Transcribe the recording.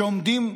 שעומדים,